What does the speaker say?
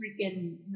freaking